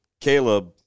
Caleb